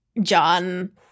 John